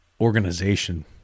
organization